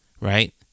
right